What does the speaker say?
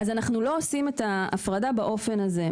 אנחנו לא עושים את ההפרדה באופן הזה,